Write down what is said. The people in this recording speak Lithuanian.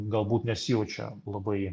galbūt nesijaučia labai